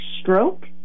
stroke